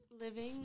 Living